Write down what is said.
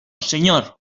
señor